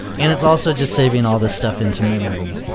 and it's also just saving all the stuff into memory.